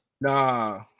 nah